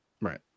Right